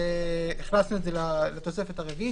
הכנסנו את זה לתוספת הרביעית.